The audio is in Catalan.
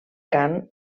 cant